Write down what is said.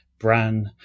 bran